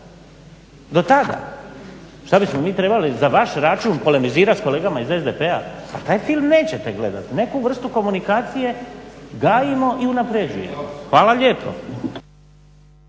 Do tada, što bismo mi trebali za vaš račun polemizirati s kolegama iz SDP-a? Pa taj film nećete gledati. Neku vrstu komunikacije gajimo i unapređujemo. Hvala lijepo.